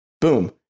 boom